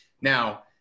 Now